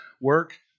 work